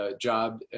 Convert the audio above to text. job